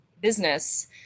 business